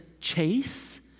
chase